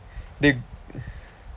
they